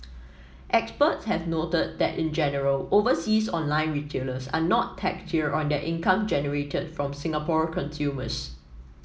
experts have noted that in general overseas online retailers are not taxed here on their income generated from Singapore consumers